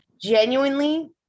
genuinely